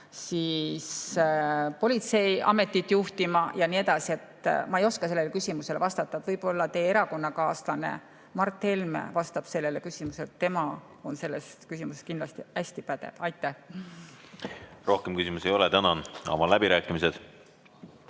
läheb politseiametit juhtima ja nii edasi. Ma ei oska sellele küsimusele vastata. Võib-olla teie erakonnakaaslane Mart Helme vastab sellele, tema on selles küsimuses kindlasti hästi pädev. Rohkem küsimusi ei ole. Tänan! Avan läbirääkimised.